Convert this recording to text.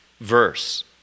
verse